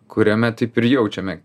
kuriame taip ir jaučiame